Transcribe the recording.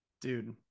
Dude